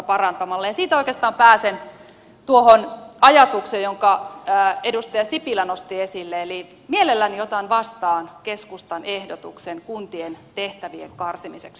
ja siitä oikeastaan pääsen tuohon ajatukseen jonka edustaja sipilä nosti esille eli mielelläni otan vastaan keskustan ehdotuksen kuntien tehtävien karsimiseksi